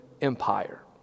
Empire